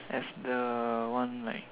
as the one like